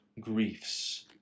griefs